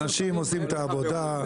אנשים עושים את העבודה.